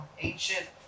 ancient